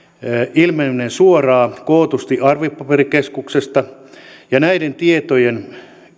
ilmeneminen suoraan kootusti arvopaperikeskuksesta ja näiden tietojen